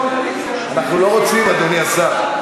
אנחנו לא רוצים, אדוני השר.